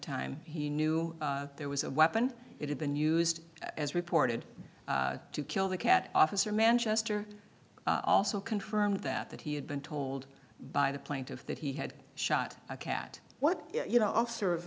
time he knew there was a weapon it had been used as reported to kill the cat officer manchester also confirmed that that he had been told by the plaintiff that he had shot a cat what you know officer